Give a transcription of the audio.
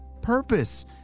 Purpose